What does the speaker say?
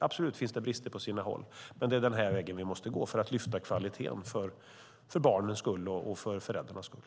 Absolut finns det brister på sina håll, men det är den här vägen vi måste gå för att höja kvaliteten för både barnens och föräldrarnas skull.